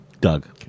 Doug